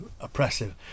oppressive